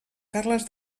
carles